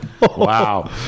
Wow